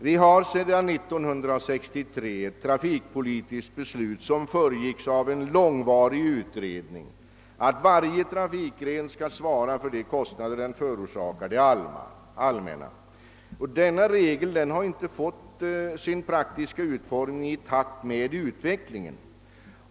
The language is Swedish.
År 1963 fattades ett trafikpolitiskt beslut som föregicks av en långvarig utredning och som innebär att varje trafikgren skall svara för de kostnader som den förorsakar det allmänna. Denna regel har inte fått sin praktiska utformning i takt med utvecklingen.